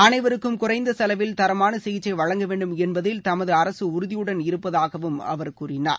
அனைவருக்கும் குறைந்த செலவில் தரமான சிகிச்சை வழங்க வேண்டும் என்பதில் தமது அரசு உறுதியுடன் இருப்பதாகவும் அவர் கூறினார்